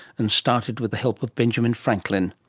and started with the help of benjamin franklin.